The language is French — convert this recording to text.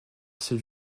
seul